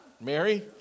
Mary